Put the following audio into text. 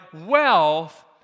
wealth